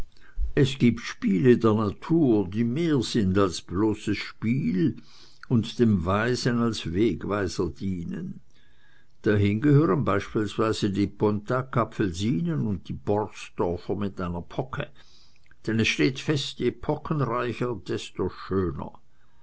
es gibt spiele der natur die mehr sind als bloßes spiel und dem weisen als wegweiser dienen dahin gehören beispielsweise die pontacapfelsinen und die borsdorfer mit einer pocke denn es steht fest je pockenreicher desto schöner